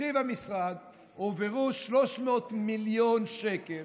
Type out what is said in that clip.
בתקציב המשרד הועברו 300 מיליון שקלים,